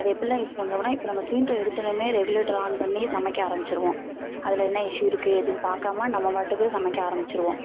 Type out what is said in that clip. அது எப்படிலாம் யூஸ் பண்ணுறோமுன்னா இப்போ நம்ம சிலிண்டரை எடுத்த உடனே ரெகுலேட்டரை ஆன் பண்ணி சமைக்க ஆரமிச்சுடுவோம் அதில் என்ன இஷ்யூ எதுவும் பார்க்காம நம்ம பாட்டுக்கு சமைக்க ஆரமிச்சுருவோம்